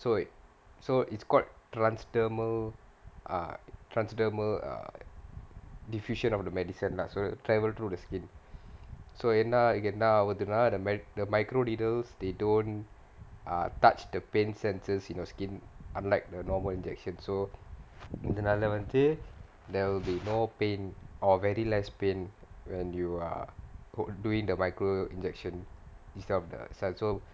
so it~ so it's called transthermal uh transthermal uh diffusion of the medicine lah so travel through the skin so என்னா என்னா ஆகாதுனா:ennaa ennaa aaguthunaa the med~ the micro needles they don't touch the pain sensors in your skin unlike the normal injection so இதுனால வந்து:ithunaala vanthu there will be no pain or very less pain when you are doing the micro injection instead of the